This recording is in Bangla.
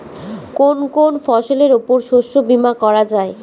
কোন কোন ফসলের উপর শস্য বীমা করা যায়?